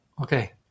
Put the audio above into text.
Okay